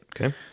Okay